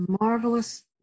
marvelous